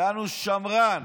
יענו שמרן.